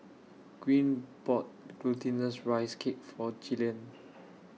Greene bought Glutinous Rice Cake For Gillian